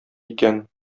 икән